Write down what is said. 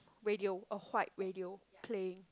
radio a white radio playing